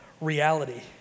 reality